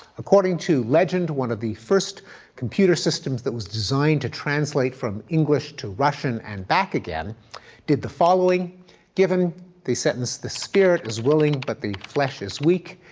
according to legend, one of the first computer systems that was designed to translate from english to russian and back again did the following given the sentence, the spirit is willing, but the flesh is weak,